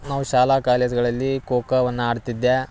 ನಾವು ಶಾಲಾ ಕಾಲೇಜ್ಗಳಲ್ಲಿ ಖೋಖೋವನ್ನ ಆಡ್ತಿದ್ದೆ